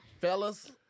Fellas